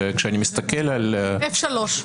וכשאני מסתכל על --- F3.